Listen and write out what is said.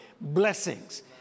blessings